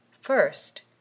First